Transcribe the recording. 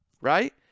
Right